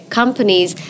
companies